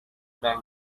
bank